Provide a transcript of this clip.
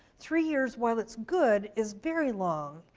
three years while it's good, is very long.